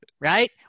right